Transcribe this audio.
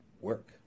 work